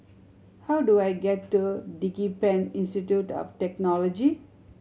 how do I get to DigiPen Institute of Technology